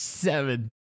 Seven